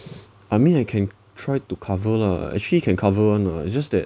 I mean I can try to cover lah actually can cover [one] [what] it's just that